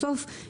לא יודע.